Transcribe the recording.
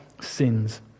sins